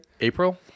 April